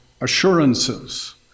assurances